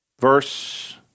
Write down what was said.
Verse